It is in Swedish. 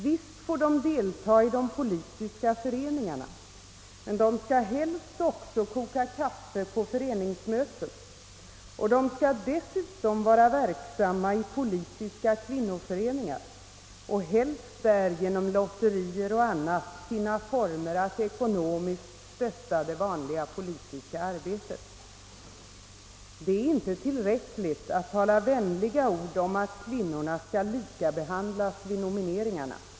Visst får de delta i de politiska föreningarna men de skall helst också koka kaffe på föreningsmötet, och de skall dessutom vara verksamma i politiska kvinnoföreningar och där helst genom lotterier och annat finna former för att ekonomiskt stötta det vanliga politiska arbetet. Det är inte tillräckligt att tala vänliga ord om att kvinnorna skall behandlas lika vid nomineringarna.